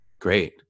great